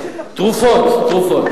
תרופות,